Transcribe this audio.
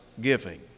giving